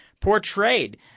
portrayed